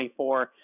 24